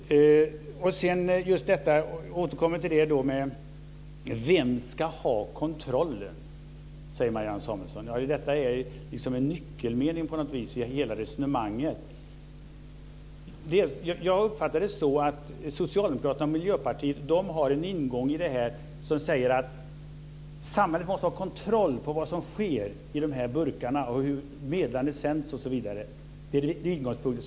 Jag återkommer till en sak. Marianne Samuelsson frågar: Vem ska ha kontrollen? Det är på något vis en nyckelmening i hela resonemanget. Jag uppfattar det så att Socialdemokraterna och Miljöpartiet har en ingång till det här som säger att samhället måste ha kontroll över vad som sker i de här burkarna, kontroll över hur meddelanden sänds osv. Det är utgångspunkten.